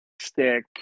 stick